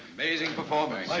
amazing performance.